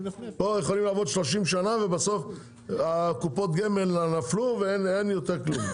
פה יכולים לעבוד 30 שנים ובסוף קופות הגמל נפלו ואין יותר כלום,